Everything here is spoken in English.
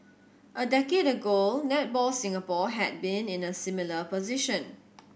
a decade ago Netball Singapore had been in a similar position